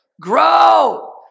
Grow